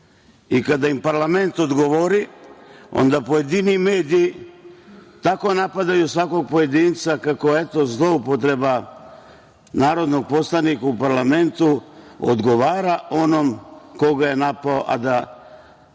Kada im parlament odgovori, onda pojedini mediji tako napadaju svakog pojedinca, kako eto, zloupotreba narodnog poslanika u parlamentu odgovora onom koga je napao, a da